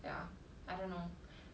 ya I dunno